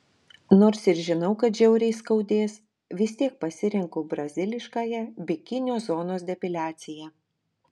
nors ir žinau kad žiauriai skaudės vis tiek pasirenku braziliškąją bikinio zonos depiliaciją